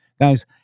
Guys